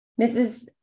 Mrs